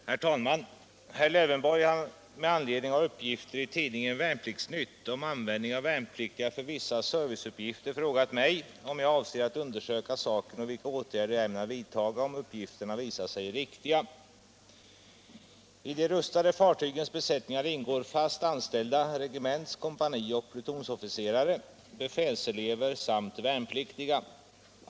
149, och anförde: Herr talman! Herr Lövenborg har med anledning av uppgifter i tidningen Värnplikts-Nytt om användningen av värnpliktiga för vissa serviceuppgifter frågat mig om jag avser att undersöka saken och vilka åtgärder jag ämnar vidtaga om uppgifterna visar sig riktiga. 193 I de rustade fartygens besättningar ingår fast anställda regements-, kompani och plutonsofficerare, befälselever samt värnpliktiga.